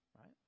right